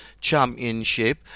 championship